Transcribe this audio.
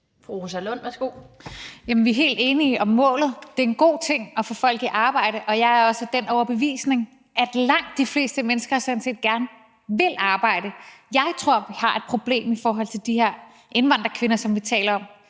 Rosa Lund (EL): Jamen vi er helt enige om målet. Det er en god ting at få folk i arbejde, og jeg er også af den overbevisning, at langt de fleste mennesker sådan set gerne vil arbejde. Jeg tror, vi har et problem i forhold til de her indvandrerkvinder, som vi taler om.